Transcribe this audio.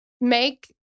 make